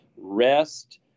Rest